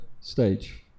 stage